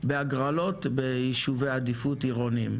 בהגרלות ביישובי עדיפות עירוניים.